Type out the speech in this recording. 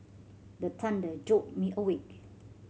the thunder jolt me awake